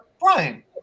Brian